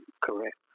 Correct